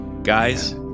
Guys